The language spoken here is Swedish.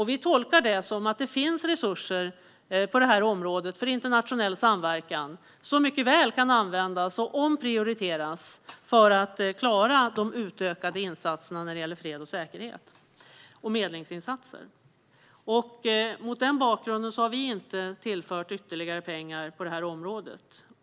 Vi tolkar detta som att det finns resurser på detta område för internationell samverkan som mycket väl kan användas och omprioriteras för att klara de utökade insatserna när det gäller fred, säkerhet och medlingsinsatser. Mot den bakgrunden har vi inte tillfört ytterligare pengar på detta område.